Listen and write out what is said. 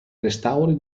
restauri